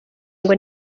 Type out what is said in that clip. ngo